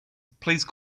please